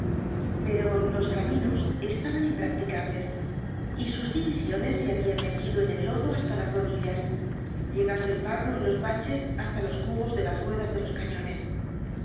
pero los caminos estaban impracticables y sus divisiones se ha bian metido en el lodo hasta las rodillas llegando el barro en los baches hasta los cubos de las ruedas de los cañones